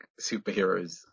superheroes